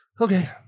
Okay